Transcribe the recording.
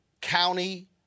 county